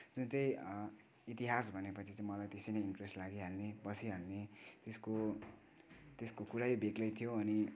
जुन चाहिँ इतिहास भनेपछि चाहिँ मलाई त्यसै नै इन्ट्रेस्ट लागिहाल्ने बसिहाल्ने त्यसको त्यसको कुरै बेग्लै थियो अनि